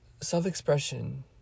self-expression